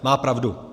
Má pravdu.